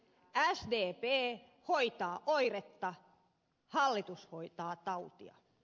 sdp hoitaa oiretta hallitus hoitaa tautia